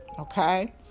okay